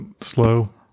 slow